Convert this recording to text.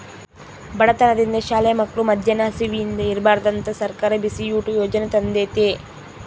ಬಡತನದಿಂದ ಶಾಲೆ ಮಕ್ಳು ಮದ್ಯಾನ ಹಸಿವಿಂದ ಇರ್ಬಾರ್ದಂತ ಸರ್ಕಾರ ಬಿಸಿಯೂಟ ಯಾಜನೆ ತಂದೇತಿ